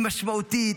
היא משמעותית,